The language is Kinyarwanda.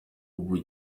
ubu